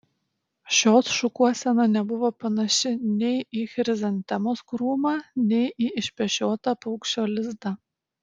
šios šukuosena nebuvo panaši nei į chrizantemos krūmą nei į išpešiotą paukščio lizdą